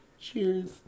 Cheers